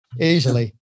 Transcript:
easily